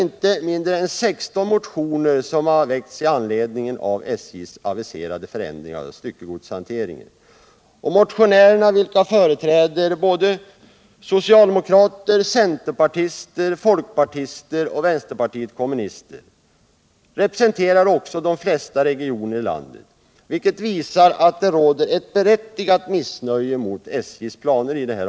Inte mindre än 16 motioner har väckts i anledning av SJ:s aviserade förändringar av styckegodshanteringen. Motionärerna, som företräder socialdemokraterna, centerpartiet, folkpartiet och vänsterpartiet kommunisterna, representerar de flesta regioner i landet, vilket visar att det råder ett utbrett missnöje med SJ:s planer.